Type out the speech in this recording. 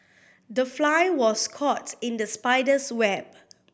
the fly was caught in the spider's web